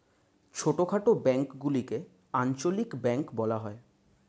ছোটখাটো ব্যাঙ্কগুলিকে আঞ্চলিক ব্যাঙ্ক বলা হয়